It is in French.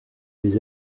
des